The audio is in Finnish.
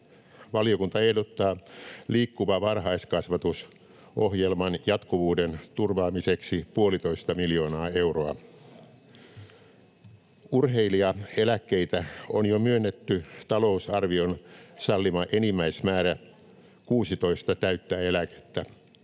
Valiokunta ehdottaa Liikkuva varhaiskasvatus ‑ohjelman jatkuvuuden turvaamiseksi puolitoista miljoonaa euroa. Urheilijaeläkkeitä on jo myönnetty talousarvion sallima enimmäismäärä, 16 täyttä eläkettä.